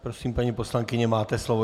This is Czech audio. Prosím, paní poslankyně, máte slovo.